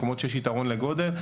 בהם יש יתרון לגודל,